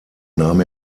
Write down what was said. nahm